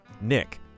Nick